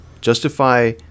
Justify